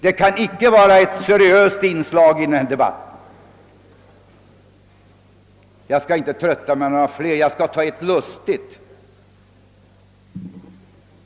Det kan inte vara ett seriöst inslag i debatten. Jag skall inte trötta er med flera exempel men jag skall ta ett lustigt.